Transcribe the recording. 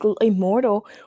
immortal